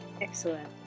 Excellent